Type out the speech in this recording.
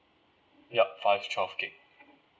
yup five twelve gig